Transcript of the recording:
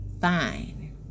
fine